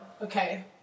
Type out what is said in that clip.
Okay